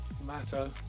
matter